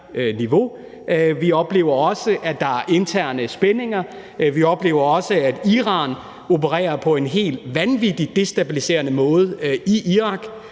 terrorniveau. Vi oplever også, at der er interne spændinger. Vi oplever også, at Iran opererer på en helt vanvittig destabiliserende måde i Irak,